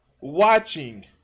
watching